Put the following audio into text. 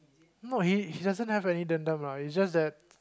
no he he doesn't have any dendam lah it's just that